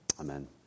Amen